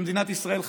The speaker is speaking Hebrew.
שמדינת ישראל חוותה,